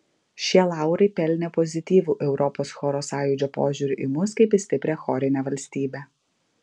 šie laurai pelnė pozityvų europos choro sąjūdžio požiūrį į mus kaip į stiprią chorinę valstybę